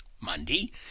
Monday